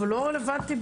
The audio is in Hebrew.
קשור.